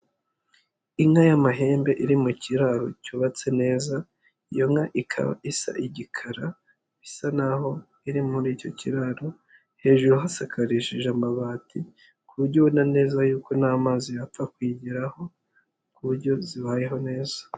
Inka y'amahembe iri mu kiraro cyubatse neza, iyo nka ikaba isa igikara, bisa naho iri muri icyo kiraro, hejuru hasakarishije amabati ku buryo ubona neza yuko nta mazi yapfa kuyigeraho ku buryo zibayeho neza.